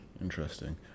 Interesting